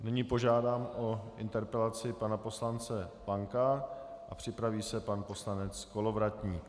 Nyní požádám o interpelaci pana poslance Lanka a připraví se pan poslanec Kolovratník.